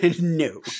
No